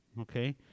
okay